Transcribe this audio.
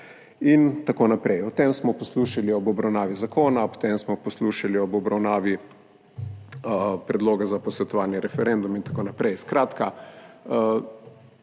in tako naprej. O tem smo poslušali ob obravnavi zakona, o tem smo poslušali ob obravnavi predloga za posvetovalni referendum in tako naprej. Skratka,